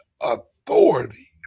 authority